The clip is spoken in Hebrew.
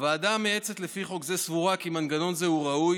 הוועדה המייעצת לפי חוק זה סבורה כי מנגנון זה הוא ראוי,